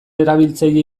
erabiltzaile